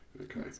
okay